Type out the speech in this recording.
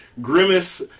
grimace